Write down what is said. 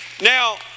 Now